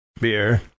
Beer